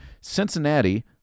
Cincinnati